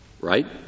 right